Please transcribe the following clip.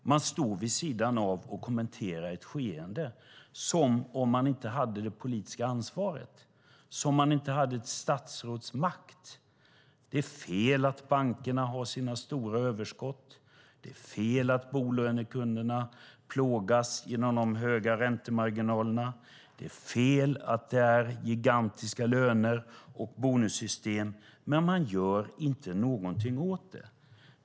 Man står vid sidan av och kommenterar ett skeende som om man inte hade det politiska ansvaret, som om man inte hade statsrådsmakt, och säger: Det är fel att bankerna har sina stora överskott, det är fel att bolånekunderna plågas genom de höga räntemarginalerna, det är fel att det finns gigantiska löner och bonussystem. Men man gör inte någonting åt det.